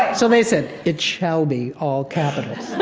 so they said, it shall be all capitals.